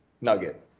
nugget